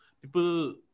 people